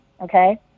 okay